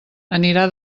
anirà